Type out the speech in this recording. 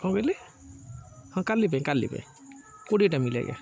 କ'ଣ କହିଲେ ହଁ କାଲି ପାଇଁ କାଲି ପାଇଁ କୋଡ଼ିଏଟା ମିଲ ଆଜ୍ଞା